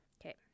Okay